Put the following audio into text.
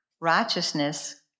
Righteousness